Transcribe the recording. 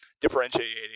differentiating